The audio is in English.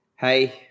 Hey